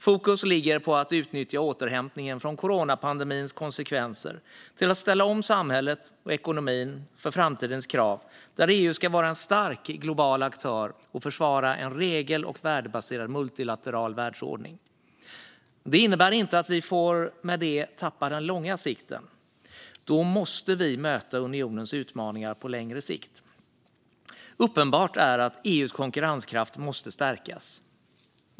Fokus ligger på att utnyttja återhämtningen från coronapandemins konsekvenser till att ställa om samhället och ekonomin till framtidens krav, där EU ska vara en stark global aktör och försvara en regel och värdebaserad multilateral världsordning. Det innebär inte att vi med det får tappa den långa sikten. Då måste vi möta unionens utmaningar på längre sikt. Uppenbart är att EU:s konkurrenskraft måste stärkas.